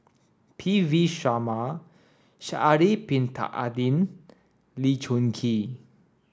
P V Sharma Sha'ari bin Tadin Lee Choon Kee